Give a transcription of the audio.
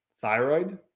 thyroid